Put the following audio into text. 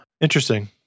Interesting